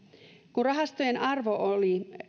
kun rahastojen arvo oli